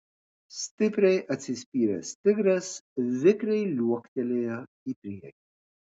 stipriai atsispyręs tigras vikriai liuoktelėjo į priekį